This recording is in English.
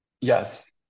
Yes